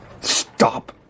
Stop